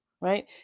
right